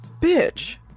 Bitch